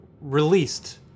released